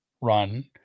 run